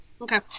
Okay